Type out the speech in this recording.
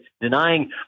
denying